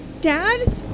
Dad